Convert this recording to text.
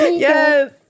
yes